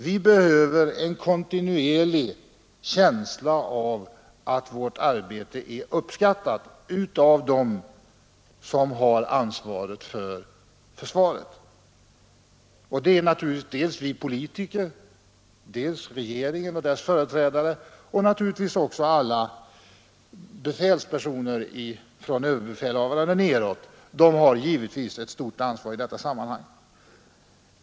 Vi behöver kontinuerlig känsla av att vårt arbete är uppskattat av dem som har ansvaret för försvaret” — och det är naturligtvis dels regeringen och dess företrädare, dels vi andra politiker och givetvis också alla befälspersoner från överbefälhavaren och nedåt. De har alla ett stort ansvar i detta sammanhang.